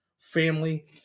family